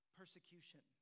persecution